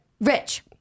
rich